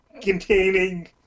containing